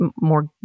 more